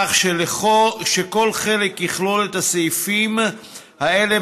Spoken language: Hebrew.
כך שכל חלק יכלול את הסעיפים האלה